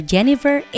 Jennifer